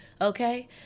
okay